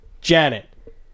Janet